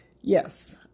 Yes